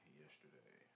yesterday